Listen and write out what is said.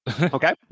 Okay